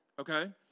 okay